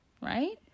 right